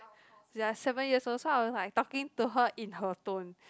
ya seven years old so I was like talking to her in her tone